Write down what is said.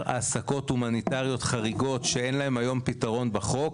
העסקות הומניטריות חריגות שאין להם היום פתרון בחוק,